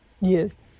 Yes